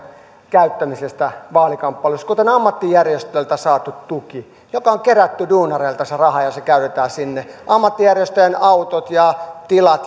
käyttämisestä vaalikamppailussa kuten ammattijärjestöiltä saadusta tuesta joka on duunareilta kerättyä rahaa ja jota käytetään siihen ammattijärjestöjen autoista ja tiloista